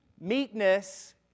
Meekness